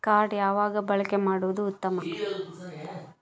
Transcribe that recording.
Card ಯಾವಾಗ ಬಳಕೆ ಮಾಡುವುದು ಉತ್ತಮ?